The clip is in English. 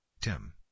Tim